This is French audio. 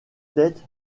têtes